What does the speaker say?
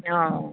ও